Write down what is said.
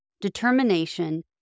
determination